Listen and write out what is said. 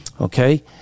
okay